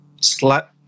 Slap